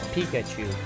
Pikachu